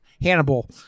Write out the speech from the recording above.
hannibal